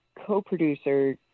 co-producer